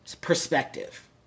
perspective